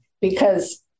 because-